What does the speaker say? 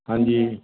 ਹਾਂਜੀ